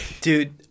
Dude